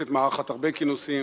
הכנסת מארחת הרבה כינוסים,